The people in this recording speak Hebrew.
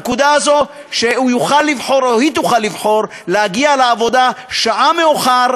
היא תוכל לבחור אם להגיע לעבודה שעה מאוחר